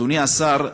אדוני השר,